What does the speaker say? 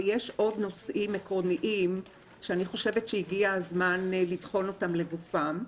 יש עוד נושאים עקרוניים שהגיע הזמן לבחון אותם לגופם,